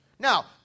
Now